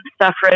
suffrage